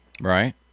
Right